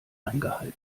eingehalten